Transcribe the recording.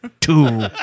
two